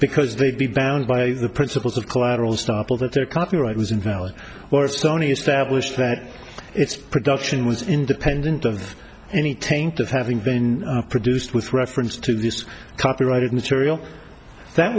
because they'd be bound by the principles of collateral stoppel that their copyright was invalid or sony established that its production is independent of any taint of having been produced with reference to this copyrighted material that